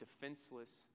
defenseless